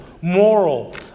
moral